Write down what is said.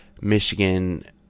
michigan